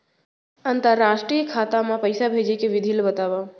अंतरराष्ट्रीय खाता मा पइसा भेजे के विधि ला बतावव?